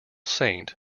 saint